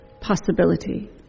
possibility